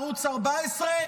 ערוץ 14,